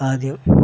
ആദ്യം